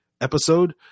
episode